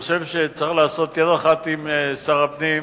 אני חושב שצריך לעשות יד אחת עם שר הפנים